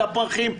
את הפרחים.